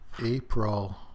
April